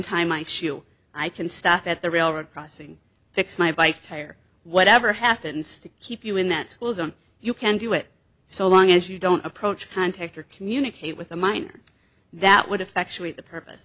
shoe i can stop at the railroad crossing fix my bike tire whatever happens to keep you in that school zone you can do it so long as you don't approach contact or communicate with a minor that would affect the purpose